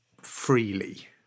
freely